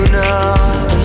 now